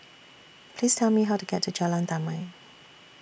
Please Tell Me How to get to Jalan Damai